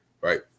Right